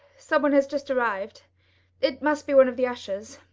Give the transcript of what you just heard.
some one has just arrived it must be one of the ushers.